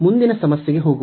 ಮುಂದಿನ ಸಮಸ್ಯೆಗೆ ಹೋಗುವುದು